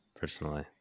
personally